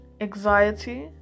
anxiety